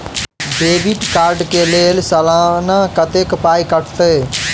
Debit card कऽ लेल सलाना कत्तेक पाई कटतै?